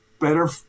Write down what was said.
better